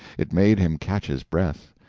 it made him catch his breath,